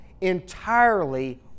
Entirely